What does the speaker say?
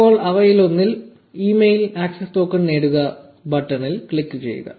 ഇപ്പോൾ അവയിലൊന്നിൽ email access token നേടുക ബട്ടണിൽ ക്ലിക്കുചെയ്യുക